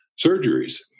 surgeries